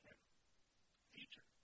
Teacher